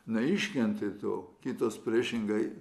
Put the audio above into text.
neiškentė to kitos priešingai